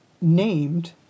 named